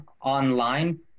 online